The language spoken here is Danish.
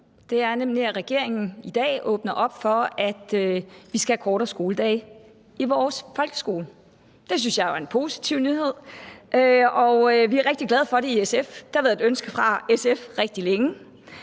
Det er nemlig, at regeringen i dag åbner op for, at vi skal have kortere skoledage i vores folkeskole. Det synes jeg jo er en positiv nyhed, og vi er rigtig glade for det i SF. Det har været et ønske fra SF's side rigtig længe.